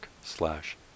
slash